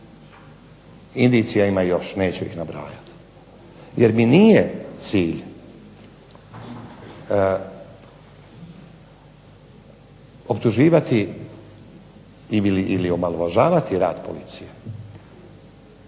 Indicija ima još, neću ih nabrajati jer mi nije cilj optuživati ili omalovažavati rad policije